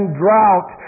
drought